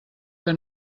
que